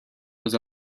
was